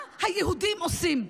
מה היהודים עושים.